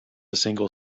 single